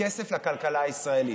וכסף לכלכלה הישראלית.